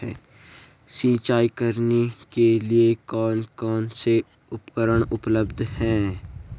सिंचाई करने के लिए कौन कौन से उपकरण उपलब्ध हैं?